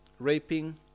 Raping